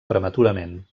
prematurament